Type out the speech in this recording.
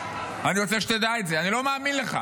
אני רוצה שתדע את זה, אני לא מאמין לך.